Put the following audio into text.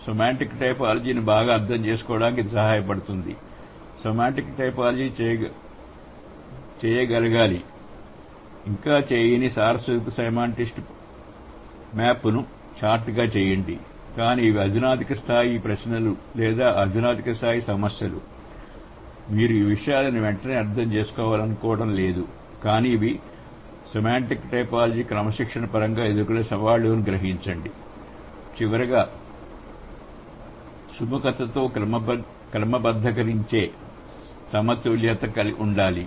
semantic టైపోలాజీని బాగా అర్థం చేసుకోవడానికి ఇది సహాయపడుతుంది సెమాంటిక్ టైపోలాజీ చేయగలగాలి ఇంకా చేయని సార్వత్రిక సెమాంటిక్ మ్యాప్ను చార్ట్ గా చేయండి కానీ ఇవి అధునాతన స్థాయి ప్రశ్నలు లేదా అధునాతన స్థాయి సమస్యలు మీరు ఈ విషయాలను వెంటనే అర్థం చేసుకోవాలనుకోవడం లేదు కానీ ఇవి సెమాంటిక్ టైపోలాజీ క్రమశిక్షణగా పరంగా ఎదుర్కొనే సవాళ్లు అని గ్రహించండి చివరగా సుముఖతతో క్రమబద్ధీకరించే సమతుల్యత ఉండాలి